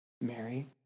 Mary